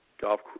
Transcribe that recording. Golf